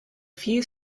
few